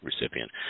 recipient